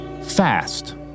fast